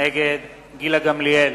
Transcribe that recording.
נגד גילה גמליאל,